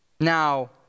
Now